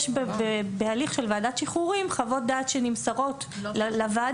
יש בהליך של ועדת שחרורים חוות דעת שנמסרות לוועדה,